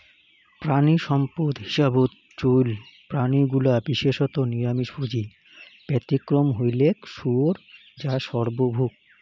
প্রাণীসম্পদ হিসাবত চইল প্রাণীগুলা বিশেষত নিরামিষভোজী, ব্যতিক্রম হইলেক শুয়োর যা সর্বভূক